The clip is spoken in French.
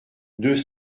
deux